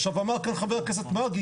עכשיו אמר כאן חה"כ מרגי,